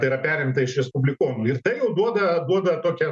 tai yra perimtą iš respublikonų ir tai jau duoda duoda tokią